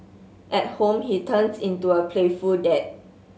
at home he turns into a playful dad